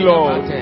Lord